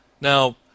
Now